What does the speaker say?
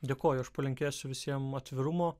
dėkoju aš palinkėsiu visiems atvirumo